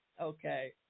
Okay